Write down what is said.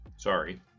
Sorry